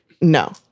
No